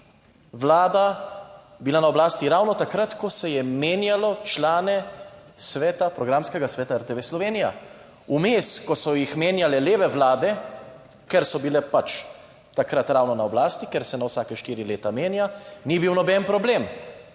vlada bila na oblasti ravno takrat, ko se je menjalo člane Programskega sveta RTV Slovenija vmes, ko so jih menjale leve vlade, ker so bile pač takrat ravno na oblasti, ker se na vsake štiri leta menja, ni bil noben problem,